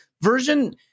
version